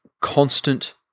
constant